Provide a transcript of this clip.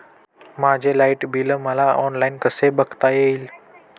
माझे light bill मला online कसे बघता येईल?